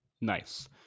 Nice